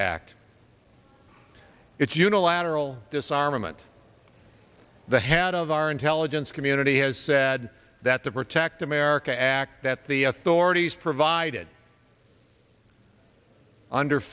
act it's unilateral disarmament the head of our intelligence community has said that the protect america act that the authorities provided under